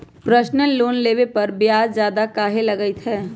Personal loan लेबे पर ब्याज ज्यादा काहे लागईत है?